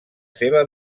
seva